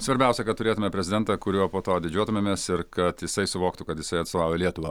svarbiausia kad turėtume prezidentą kuriuo po to didžiuotumėmės ir kad jisai suvoktų kad jisai atstovauja lietuvą